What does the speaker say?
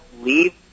leave